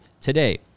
today